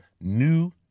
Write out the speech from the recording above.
new